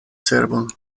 cerbon